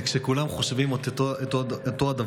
כשכולם חושבים אותו הדבר,